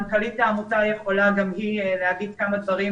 מנכ"לית העמותה יכולה גם היא לומר כמה דברים